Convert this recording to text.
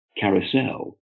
carousel